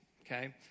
okay